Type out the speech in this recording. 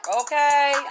okay